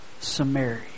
Samaria